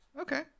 Okay